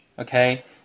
okay